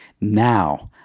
now